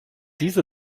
diese